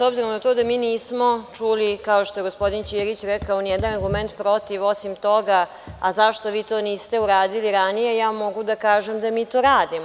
S obzirom na to da mi nismo čuli, kao što je gospodin Ćirić rekao, ni jedan argument protiv, osim toga – zašto vi to niste uradili ranije, ja mogu da kažem da mi to radimo.